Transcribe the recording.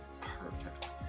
Perfect